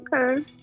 okay